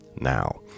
now